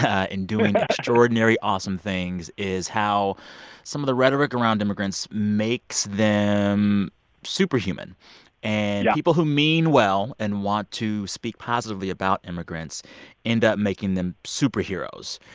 ah and doing extraordinary, awesome things is how some of the rhetoric around immigrants makes them superhuman yeah and people who mean well and want to speak positively about immigrants end up making them superheroes,